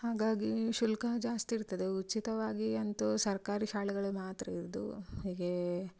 ಹಾಗಾಗಿ ಶುಲ್ಕ ಜಾಸ್ತಿ ಇರ್ತದೆ ಉಚಿತವಾಗಿ ಅಂತೂ ಸರ್ಕಾರಿ ಶಾಲೆಗಳು ಮಾತ್ರ ಇರುದು ಹೀಗೆ